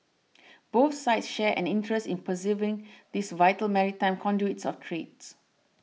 both sides share an interest in preserving these vital maritime conduits of trades